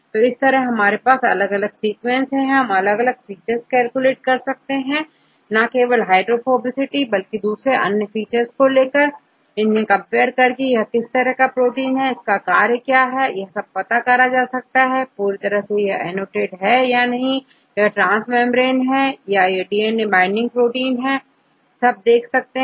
तो इस तरह आपके पास अलग अलग सीक्वेंस है आप अलग अलग फीचर्स कैलकुलेट कर सकते हैं ना केवल हाइड्रोफोबिसिटी बल्कि दूसरे अन्य फीचर्स अब इन फीचर्स को कंपेयर कर यह देख सकते हैं कि यह किस प्रोटीन में उपलब्ध है और इनका कार्य क्या है यदि यह पूरी तरह सेannotated नहीं है तो यह ट्रांस मेंब्रेन प्रोटीन याDNA बाइंडिंग प्रोटीन हो सकते हैं